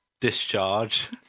discharge